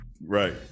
right